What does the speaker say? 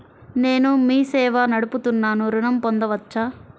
నేను మీ సేవా నడుపుతున్నాను ఋణం పొందవచ్చా?